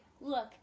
look